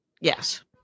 yes